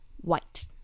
white